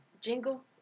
Jingle